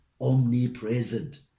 omnipresent